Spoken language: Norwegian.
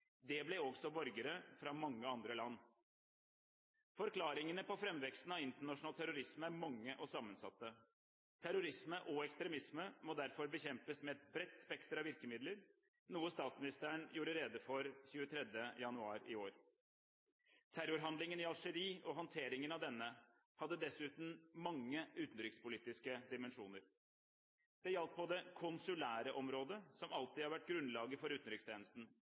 Det ble også borgere fra mange andre land. Forklaringene på framveksten av internasjonal terrorisme er mange og sammensatte. Terrorisme og ekstremisme må derfor bekjempes med et bredt spekter av virkemidler – noe statsministeren gjorde rede for 23. januar i år. Terrorhandlingen i Algerie og håndteringen av denne hadde dessuten mange utenrikspolitiske dimensjoner: Det gjaldt på det konsulære området – som alltid har vært grunnlaget for utenrikstjenesten